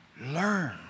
Learn